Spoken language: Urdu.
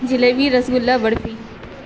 جلیبی رسگلہ برفی